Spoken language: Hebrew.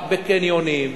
רק בקניונים,